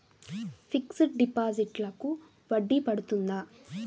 Fixed డిపాజిట్లకు వడ్డీ పడుతుందా?